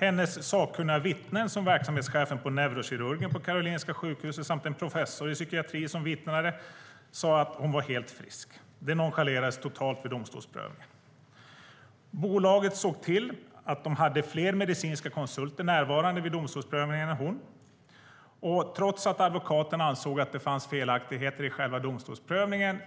Hennes sakkunniga vittnen, som verksamhetschefen på neurokirurgen på Karolinska sjukhuset samt en professor i psykiatri som vittnade, sade att hon var helt frisk. Det nonchalerades totalt vid domstolsprövningen. Bolaget såg till att de hade fler medicinska konsulter närvarande vid domstolsprövningen än vad kvinnan hade. Trots att advokaten ansåg att det fanns felaktigheter i själva domstolsprövningen